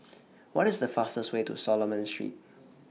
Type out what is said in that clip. What IS The fastest Way to Solomon Street